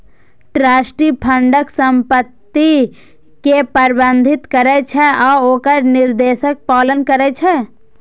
trustee फंडक संपत्ति कें प्रबंधित करै छै आ ओकर निर्देशक पालन करै छै